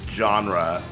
genre